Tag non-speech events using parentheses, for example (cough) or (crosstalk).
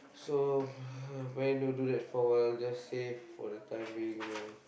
so (breath) planning to do that for a while just save for the time being man